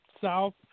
south